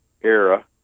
era